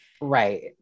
right